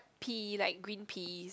pea like green peas